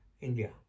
India